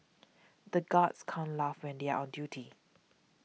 the guards can't laugh when they are on duty